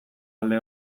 alde